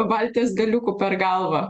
valties galiuku per galvą